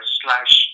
slash